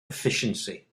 efficiency